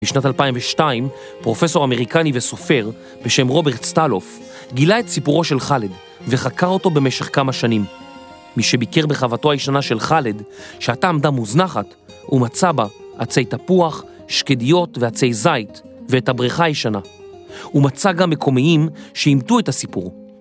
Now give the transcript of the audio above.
בשנת 2002, פרופסור אמריקני וסופר בשם רוברט סטלוף גילה את סיפורו של חאלד וחקר אותו במשך כמה שנים. מי שביקר בחוותו הישנה של חלד, שעתה עמדה מוזנחת, הוא מצא בה עצי תפוח, שקדיות ועצי זית ואת הבריכה הישנה. הוא מצא גם מקומיים שאימתו את הסיפור.